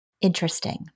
Interesting